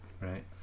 Right